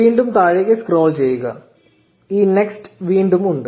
വീണ്ടും താഴേക്ക് സ്ക്രോൾ ചെയ്യുക ഈ നെക്സ്റ്റ് വീണ്ടും ഉണ്ട്